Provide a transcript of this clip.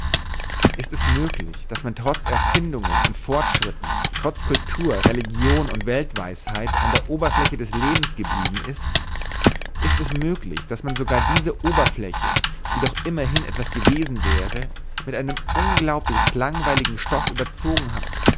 ist es möglich daß man trotz erfindungen und fortschritten trotz kultur religion und weltweisheit an der oberfläche des lebens geblieben ist ist es möglich daß man sogar diese oberfläche die doch immerhin etwas gewesen wäre mit einem unglaublich langweiligen stoff überzogen hat